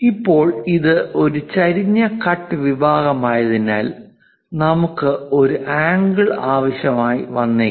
ഇപ്പോൾ ഇത് ഒരു ചെരിഞ്ഞ കട്ട് വിഭാഗമായതിനാൽ നമുക്ക് ഒരു ആംഗിൾ ആവശ്യമായി വന്നേക്കാം